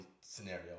scenario